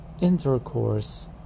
intercourse